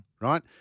right